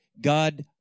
God